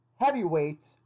Heavyweight